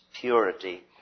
purity